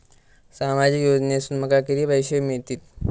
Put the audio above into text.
सामाजिक योजनेसून माका किती पैशे मिळतीत?